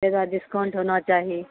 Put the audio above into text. discount होना चाही